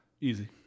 Easy